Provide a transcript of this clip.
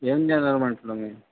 येऊन जाणार म्हण्टलं मी